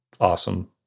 awesome